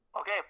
Okay